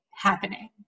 happening